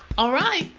all right,